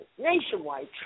Nationwide